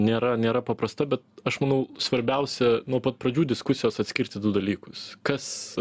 nėra nėra paprasta bet aš manau svarbiausia nuo pat pradžių diskusijos atskirti du dalykus kas